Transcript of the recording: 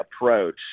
approach